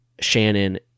Shannon